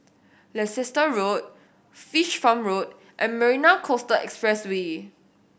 Leicester Road Fish Farm Road and Marina Coastal Expressway